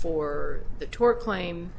for the tour claim